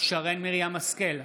שרן מרים השכל,